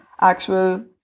actual